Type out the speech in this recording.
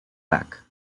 back